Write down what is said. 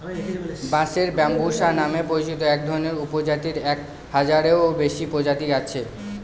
বাঁশের ব্যম্বুসা নামে পরিচিত একধরনের উপপ্রজাতির এক হাজারেরও বেশি প্রজাতি আছে